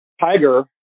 Tiger